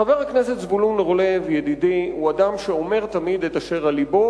חבר הכנסת זבולון אורלב הוא אדם שאומר תמיד את אשר על לבו,